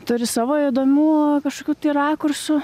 turi savo įdomių kažkokių tai rakursų